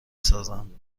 سازند